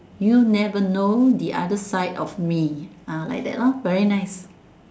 you never know the other side of me ah like that lor very nice